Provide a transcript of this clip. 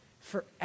forever